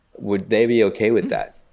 would they be okay with that?